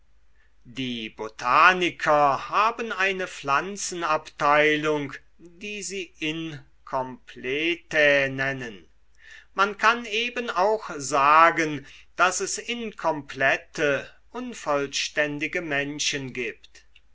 die botaniker haben eine pflanzenabteilung die sie incompletae nennen man kann eben auch sagen daß es inkomplette unvollständige menschen gibt